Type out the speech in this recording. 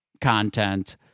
content